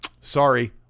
sorry